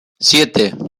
siete